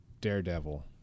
Daredevil